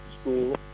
school